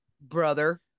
Brother